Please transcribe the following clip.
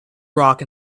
rock